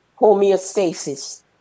Homeostasis